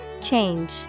change